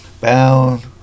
bound